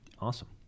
Awesome